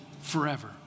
forever